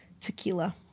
tequila